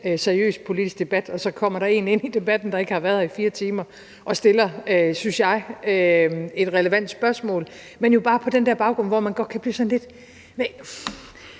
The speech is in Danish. seriøs politisk debat, og så kommer der en ind i debatten, der ikke har været her i 4 timer, og stiller et – synes jeg – relevant spørgsmål, men jo bare på den der baggrund, hvor man godt kan blive sådan lidt ...